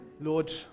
Lord